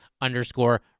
underscore